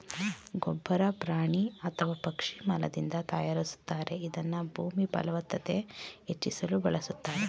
ಗೊಬ್ಬರ ಪ್ರಾಣಿ ಅಥವಾ ಪಕ್ಷಿ ಮಲದಿಂದ ತಯಾರಿಸ್ತಾರೆ ಇದನ್ನ ಭೂಮಿಯಫಲವತ್ತತೆ ಹೆಚ್ಚಿಸಲು ಬಳುಸ್ತಾರೆ